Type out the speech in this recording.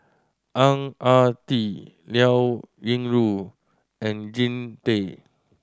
Ang Ah Tee Liao Yingru and Jean Tay